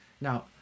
Now